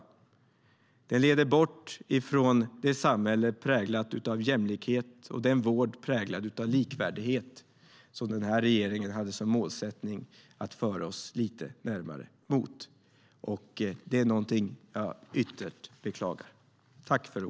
Den leder bort från det samhälle präglat av jämlikhet och den vård präglad av likvärdighet som den här regeringen hade som mål att föra oss lite närmare mot. Det är något jag beklagar.